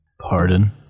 Pardon